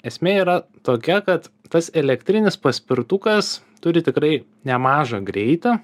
esmė yra tokia kad tas elektrinis paspirtukas turi tikrai nemažą greitį